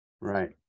right